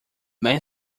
men